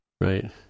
Right